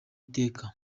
iteka